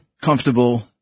comfortable